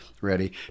ready